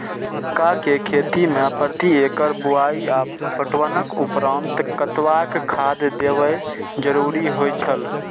मक्का के खेती में प्रति एकड़ बुआई आ पटवनक उपरांत कतबाक खाद देयब जरुरी होय छल?